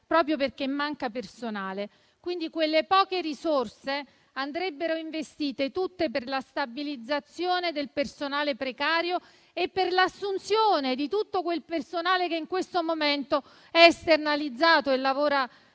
proprio perché manca il personale. Quindi, quelle poche risorse andrebbero investite tutte per la stabilizzazione del personale precario e per l'assunzione di tutto quel personale che in questo momento è esternalizzato e lavora